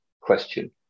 question